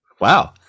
wow